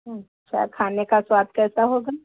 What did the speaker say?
अच्छा खाने का स्वाद कैसा होगा